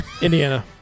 Indiana